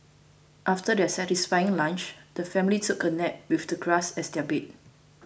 after their satisfying lunch the family took a nap with the grass as their bed